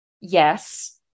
yes